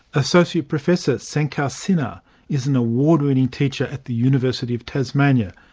associate professor sankar sinha is an award-winning teacher at the university of tasmania,